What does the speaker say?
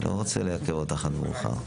אני לא רוצה לעכב אותך עד מאוחר.